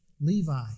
Levi